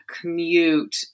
commute